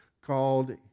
called